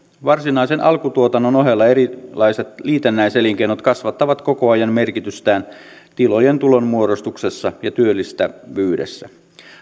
varsinaisen alkutuotannon ohella erilaiset liitännäiselinkeinot kasvattavat koko ajan merkitystään tilojen tulonmuodostuksessa ja työllistävyydessä